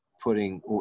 putting